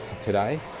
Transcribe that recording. today